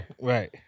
right